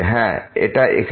হ্যাঁ এটা এখানে